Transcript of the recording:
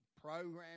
program